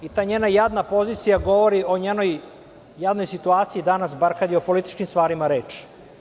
I ta njena jadna pozicija govori o njenoj jadnoj situaciji, danas bar kad je o političkim stvarima reč.